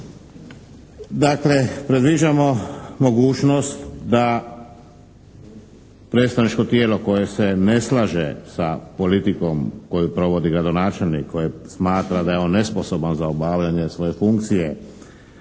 Dakle, predviđamo mogućnost da predstavničko tijelo koje se ne slaže sa politikom koju provodi gradonačelnik, koji smatra da je on nesposoban za obavljanje svoje funkcije,